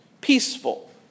peaceful